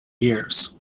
years